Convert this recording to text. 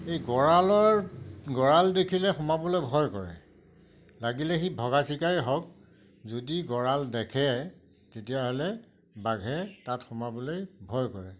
এই গঁৰালৰ গঁড়াল দেখিলে সোমাবলৈ ভয় কৰে লাগিলে সি ভগা চিগাই হওক যদি গঁৰাল দেখে তেতিয়াহ'লে বাঘে তাত সোমাবলৈ ভয় কৰে